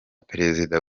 perezida